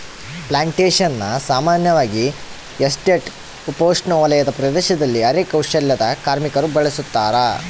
plantations ಸಾಮಾನ್ಯವಾಗಿ estate ಉಪೋಷ್ಣವಲಯದ ಪ್ರದೇಶದಲ್ಲಿ ಅರೆ ಕೌಶಲ್ಯದ ಕಾರ್ಮಿಕರು ಬೆಳುಸತಾರ